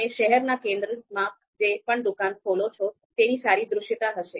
તમે શહેરનાં કેન્દ્રમાં જે પણ દુકાન ખોલો છો તેની સારી દૃશ્યતા હશે